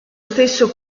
stesso